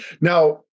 now